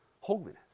holiness